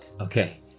Okay